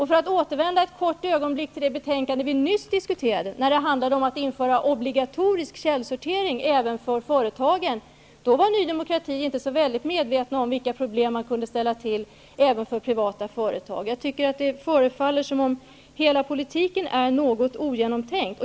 För att återvända ett kort ögonblick till det betänkande vi nyss diskuterade, som handlade om att införa obligatorisk källsortering även för företagen, var Ny demokrati inte så medvetet om vilka problem man kunde ställa till med även för privata företag. Det förefaller som om hela politiken är något ogenomtänkt.